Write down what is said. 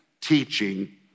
teaching